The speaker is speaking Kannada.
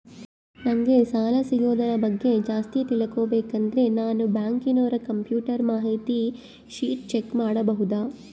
ನಂಗೆ ಸಾಲ ಸಿಗೋದರ ಬಗ್ಗೆ ಜಾಸ್ತಿ ತಿಳಕೋಬೇಕಂದ್ರ ನಾನು ಬ್ಯಾಂಕಿನೋರ ಕಂಪ್ಯೂಟರ್ ಮಾಹಿತಿ ಶೇಟ್ ಚೆಕ್ ಮಾಡಬಹುದಾ?